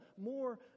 more